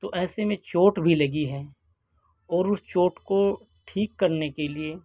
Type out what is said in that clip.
تو ایسے میں چوٹ بھی لگی ہے اور اس چوٹ کو ٹھیک کرنے کے لیے